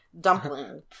dumpling